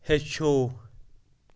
ہیٚچھِو